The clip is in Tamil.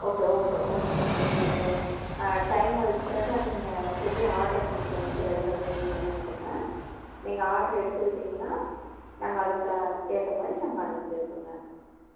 ஓகே ஓகே ஓகேங்க சார் நீங்கள் டைம் அதற்கு பிரகாரம் நீங்கள் சொல்லி ஆர்ட்ரு பண்ணிக்கோங்க சார் எவ்வளோ வேணும் என்னண்ட்டுங்க நீங்கள் ஆர்ட்ரு எடுத்துக்கிட்டிங்கனா நாங்கள் அதற்கு ஏற்ற மாதிரி நாங்கள் அனுப்பிச்சு வைப்போங்க